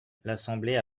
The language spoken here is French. l’assemblée